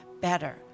better